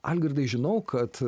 algirdai žinau kad